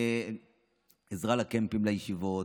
עזרה לקמפים לישיבות,